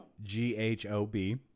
G-H-O-B